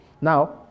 Now